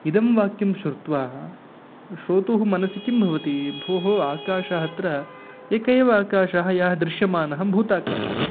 इदं वाक्यं श्रुत्वा श्रोतुः मनसि किं भवति भोः आकाशः अत्र एक एव आकाशः यः दृश्यमानः भूताकाशः